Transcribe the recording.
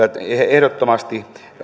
ehdottomasti